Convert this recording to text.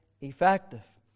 effective